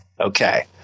Okay